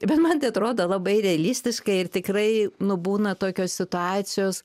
bet man tai atrodo labai realistiškai ir tikrai nu būna tokios situacijos